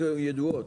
החנויות ידועות.